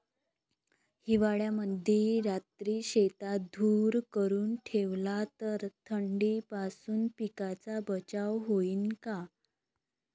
हिवाळ्यामंदी रात्री शेतात धुर करून ठेवला तर थंडीपासून पिकाचा बचाव होईन का?